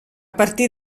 partir